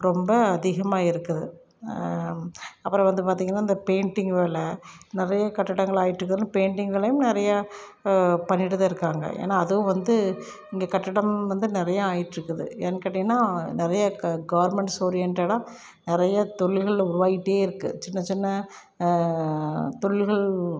ரொம்ப அதிகமாக இருக்குது அப்புறம் வந்து பார்த்திங்கன்னா அந்த பெயிண்டிங் வேலை நிறைய கட்டடங்கள் ஆயிட்ருக்கிறனால பெயிண்டிங் வேலையும் நிறையா பண்ணிகிட்டுதான் இருக்காங்க ஏன்னா அதுவும் வந்து இங்கே கட்டடம் வந்து நிறையா ஆயிட்ருக்குது ஏன்னு கேட்டிங்கன்னா நிறையா க கவுர்மெண்ட்ஸ் ஓரியண்ட்டடாக நிறைய தொழில்கள் உருவாகிட்டே இருக்குது சின்ன சின்ன தொழில்கள்